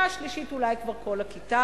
ובשנה השלישית אולי כבר כל הכיתה.